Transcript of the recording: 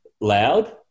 loud